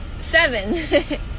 Seven